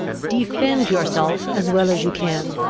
defend yourself as well as you can,